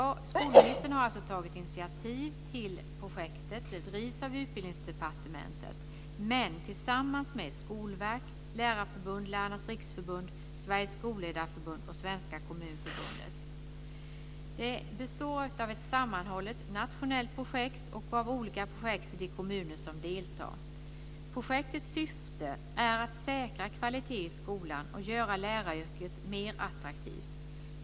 Skolministern har alltså tagit initiativ till projektet. Det drivs av Utbildningsdepartementet tillsammans med Skolverket, Lärarförbundet, Lärarnas riksförbund, Sveriges skolledarförbund och Svenska Projektet består av ett sammanhållet nationellt samarbete och har olika projekt i de kommuner som deltar. Projektets syfte är att säkra kvaliteten i skolan och göra läraryrket mer attraktivt.